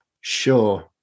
Sure